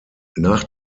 nach